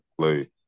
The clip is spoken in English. play